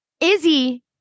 Izzy